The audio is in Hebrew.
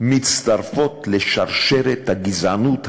מצטרפים לשרשרת הגזענות הבלתי-נסבלת.